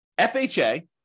FHA